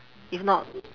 if not